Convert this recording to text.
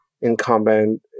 incumbent